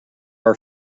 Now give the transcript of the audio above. our